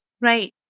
Right